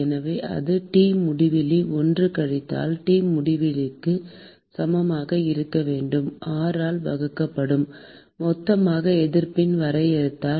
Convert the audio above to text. எனவே அது T முடிவிலி 1 கழித்தல் T முடிவிலி 2 க்கு சமமாக இருக்க வேண்டும் R ஆல் வகுக்கப்படும் மொத்தமாக எதிர்ப்பின் வரையறையால்